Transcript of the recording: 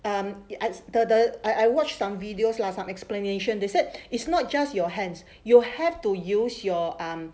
um you at the I I watched on videos lah some explanation they said it's not just your hands you'll have to use your um